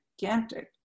gigantic